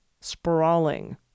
sprawling